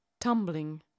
Tumbling